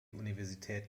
universität